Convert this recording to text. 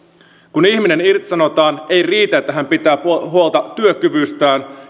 kun ihminen irtisanotaan ei riitä että hän pitää huolta työkyvystään